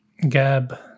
Gab